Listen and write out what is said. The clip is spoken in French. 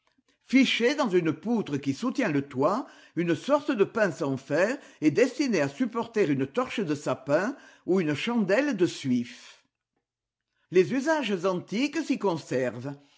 fichée dans une poutre qui soutient le toit une sorte de pince en fer est destinée à supporter une torche de sapin ou une chandelle de suif les usages antiques s'y conservent